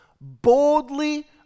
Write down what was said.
boldly